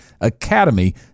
academy